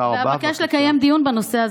ואבקש לקיים דיון בנושא,